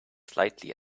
slightly